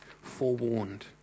forewarned